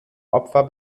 opfer